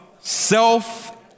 Self